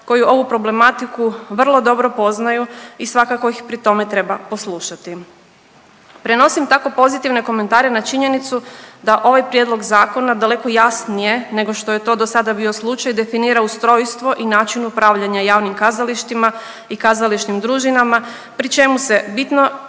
koji ovu problematiku vrlo dobro poznaju i svakako ih pri tome treba poslušati. Prenosim tako pozitivne komentare na činjenicu da ovaj prijedlog zakona daleko jasnije nego što je to do sada bio slučaj definira ustrojstvo i način upravljanja javnim kazalištima i kazališnim družinama pri čemu se bitno